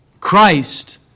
Christ